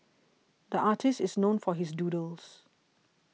the artist is known for his doodles